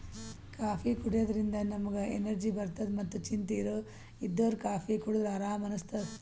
coffee ಕುಡ್ಯದ್ರಿನ್ದ ನಮ್ಗ್ energy ಬರ್ತದ್ ಮತ್ತ್ ಚಿಂತಿ ಇದ್ದೋರ್ ಕಾಫೀ ಕುಡದ್ರ್ ಆರಾಮ್ ಅನಸ್ತದ್